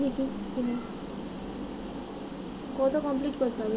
আমরা অনলাইনের মাধ্যমে আলু লাগানো মেশিন কি কিনতে পারি?